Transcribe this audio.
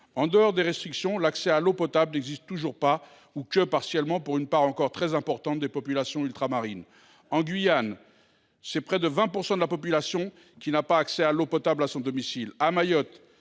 En dehors des restrictions, l’accès à l’eau potable n’existe toujours pas ou n’est que partiel pour une part encore très importante des populations ultramarines. En Guyane, près de 20 % de la population n’a pas du tout accès à l’eau potable à son domicile